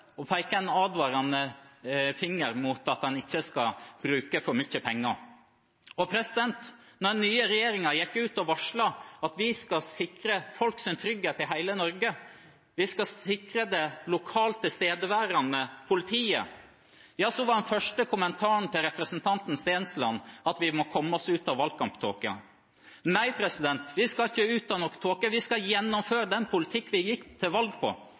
en advarende finger mot at en ikke skal bruke for mye penger. Og da den nye regjeringen gikk ut og varslet at vi skal sikre folks trygghet i hele Norge og sikre det lokalt tilstedeværende politiet, var den første kommentaren fra representanten Stensland at vi må komme oss ut av valgkamptåken. Nei, vi skal ikke ut av noen tåke, vi skal gjennomføre den politikken vi gikk til valg på.